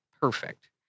perfect